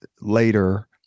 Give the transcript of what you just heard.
later